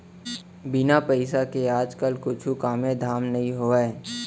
बिन पइसा के आज काल कुछु कामे धाम नइ होवय